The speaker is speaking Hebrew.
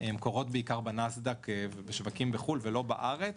קורות בעיקר בנאסד"ק ובשווקים בחו"ל ולא בארץ.